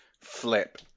flip